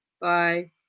Bye